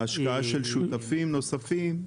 השקעה של שותפים נוספים?